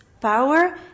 power